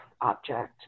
object